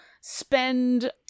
spend